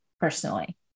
personally